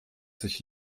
sich